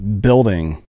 building